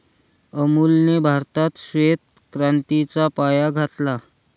अमूलने भारतात श्वेत क्रांतीचा पाया घातला